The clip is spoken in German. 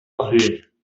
erhöhen